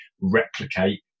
Replicate